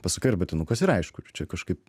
pasakai arbatinukas ir aišku čia kažkaip